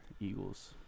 Eagles